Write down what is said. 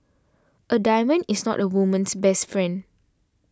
a diamond is not a woman's best friend